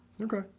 Okay